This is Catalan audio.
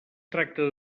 tracta